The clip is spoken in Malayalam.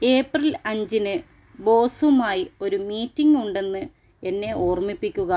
ഏപ്രിൽ അഞ്ചിന് ബോസുമായി ഒരു മീറ്റിംഗ് ഉണ്ടെന്ന് എന്നെ ഓർമ്മിപ്പിക്കുക